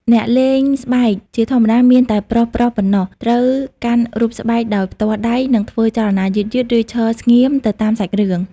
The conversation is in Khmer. អ្នកលេងស្បែកជាធម្មតាមានតែប្រុសៗប៉ុណ្ណោះ ត្រូវកាន់រូបស្បែកដោយផ្ទាល់ដៃ និងធ្វើចលនាយឺតៗ ឬឈរស្ងៀមទៅតាមសាច់រឿង ។